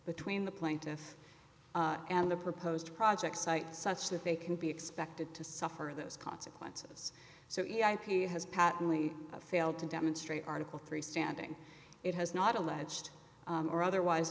between the plaintiff and the proposed project site such that they can be expected to suffer those consequences so he ip has patently failed to demonstrate article three standing it has not alleged or otherwise